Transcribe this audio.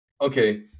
Okay